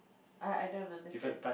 I I don't understand